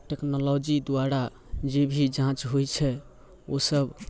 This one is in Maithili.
टेक्नोलोजी द्वारा जेभी जाँच होइत छै ओसभ